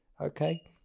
okay